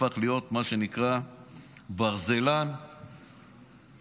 הפך להיות מה שנקרא ברזלן מקצועי.